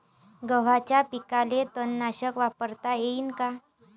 गव्हाच्या पिकाले तननाशक वापरता येईन का?